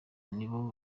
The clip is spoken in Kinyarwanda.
niho